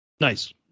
Nice